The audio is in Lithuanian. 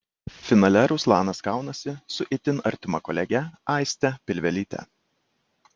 finale ruslanas kaunasi su itin artima kolege aiste pilvelyte